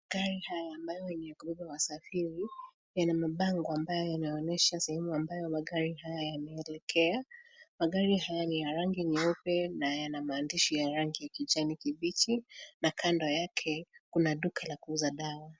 Gari haya ambayo ni ya kubeba wasafiri yana mabango ambayo yanaonyesha sehemu ambayo magari haya yanalekea. Magari haya ni ya rangi nyeupe na yana maandishi yarangi ya kijani kibichi na kando yake kuna duka la kuuza dawa.